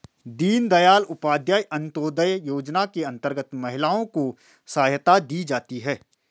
दीनदयाल उपाध्याय अंतोदय योजना के अंतर्गत महिलाओं को सहायता दी जाती है